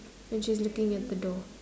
and she's looking at the door